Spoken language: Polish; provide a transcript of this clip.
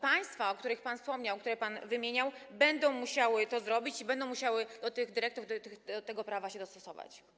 Państwa, o których pan wspomniał, które pan wymieniał, będą musiały to zrobić i będą musiały do tych dyrektyw, do tego prawa się dostosować.